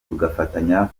tugafatanya